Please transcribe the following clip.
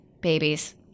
babies